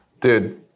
dude